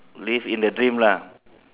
live in the dream lah